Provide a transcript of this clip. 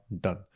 done